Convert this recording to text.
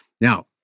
Now